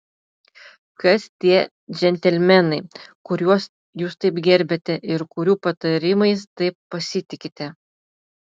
kas tie džentelmenai kuriuos jūs taip gerbiate ir kurių patarimais taip pasitikite